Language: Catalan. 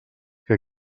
que